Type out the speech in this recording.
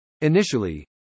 Initially